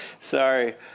sorry